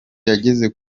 yageze